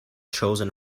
chosen